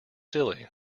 silly